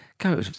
Go